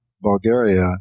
Bulgaria